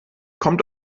kommt